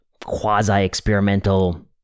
quasi-experimental